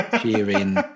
cheering